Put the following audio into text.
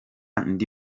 ndi